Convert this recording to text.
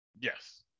Yes